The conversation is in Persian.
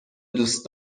دوست